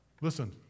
Listen